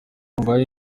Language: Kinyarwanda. ndwaye